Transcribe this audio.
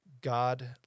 God